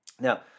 Now